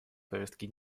повестке